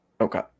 Okay